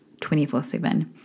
24-7